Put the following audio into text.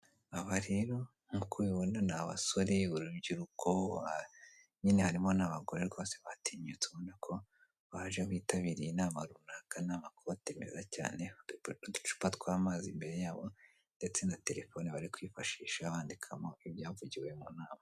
Uruziga rw'igiceri cy'icyuma gisize ibara ry'umuhondo gishushanyijeho umubare mirongo itanu amagambo ari mu rurimi rw'igifaransa ndetse n'igisiga cyafunguye amababa uruhande hari amashami y'igiti ariho imbuto.